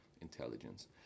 intelligence